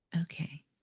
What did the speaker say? Okay